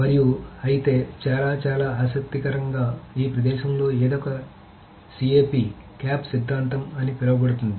మరియు అయితే చాలా చాలా ఆసక్తికరంగా ఈ ప్రదేశంలో ఏదో ఒక క్యాప్ సిద్ధాంతం అని పిలువబడుతుంది